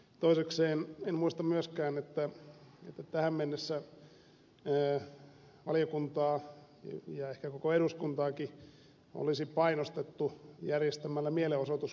toisekseen en muista myöskään että tähän mennessä valiokuntaa ja ehkä koko eduskuntaakin olisi painostettu järjestämällä mielenosoitus kaukalossa